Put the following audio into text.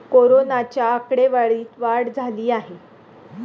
कोरोनाच्या आकडेवारीत वाढ झाली आहे